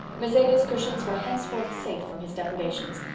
miss ada's cushions were henceforth safe from his depredations,